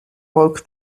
woke